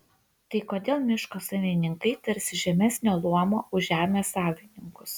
tai kodėl miško savininkai tarsi žemesnio luomo už žemės savininkus